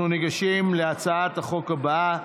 אנחנו ניגשים להצעת החוק הבאה: